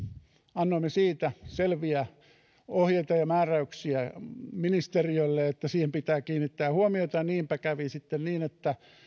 annoimme selviä ohjeita ja määräyksiä ministeriölle siitä että siihen pitää kiinnittää huomiota niinpä kävi sitten niin että